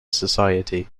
society